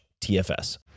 tfs